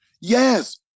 Yes